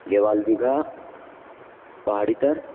گیوال بیگھا پہاڑی تر